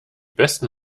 besten